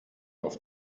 auf